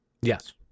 yes